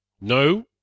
No